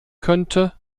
könnte